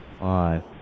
Five